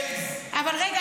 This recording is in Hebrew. רגע,